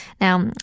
Now